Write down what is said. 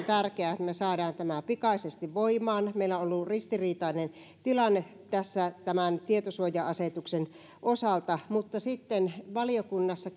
tärkeää että me saamme tämän pikaisesti voimaan meillä on ollut ristiriitainen tilanne tässä tämän tietosuoja asetuksen osalta mutta sitten valiokunnassa